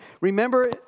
Remember